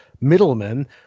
middlemen